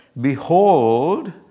behold